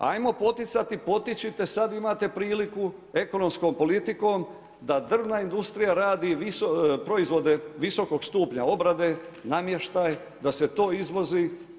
Hajmo poticati, potičite, sad imate priliku ekonomskom politikom da drvna industrija radi proizvode visokog stupnja obrade, namještaj, da se to izvozi.